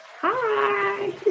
Hi